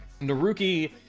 Naruki